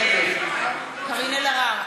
אלי אלאלוף, נגד קארין אלהרר,